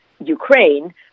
ukraine